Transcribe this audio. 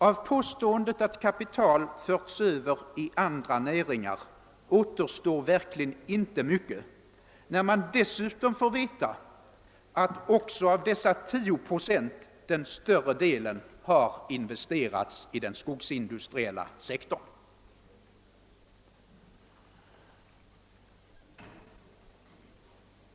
Av påståendet, att kapital förs över till andra näringar, återstår verkligen inte mycket, när man dessutom får veta att också av dessa 10 procent den större delen har investerats i den skogsindustriella sektorn.